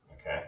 okay